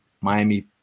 Miami